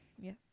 Yes